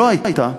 שלא הייתה,